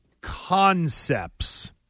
concepts